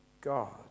God